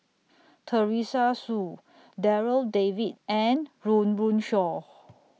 Teresa Hsu Darryl David and Run Run Shaw